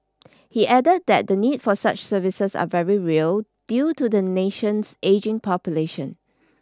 he added that the need for such services are very real due to the nation's ageing population